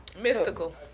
Mystical